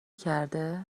کرده